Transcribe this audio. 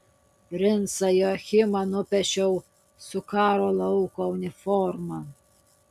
princą joachimą nupiešiau su karo lauko uniforma